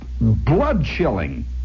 blood-chilling